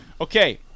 Okay